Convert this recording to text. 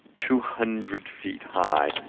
two hundred feet high,